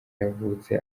yavutse